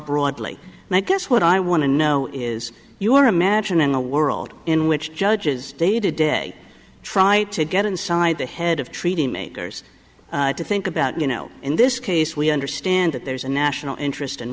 broadly and i guess what i want to know is you are imagining a world in which judges day to day try to get inside the head of treating makers to think about you know in this case we understand that there's a national interest in